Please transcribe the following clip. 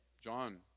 John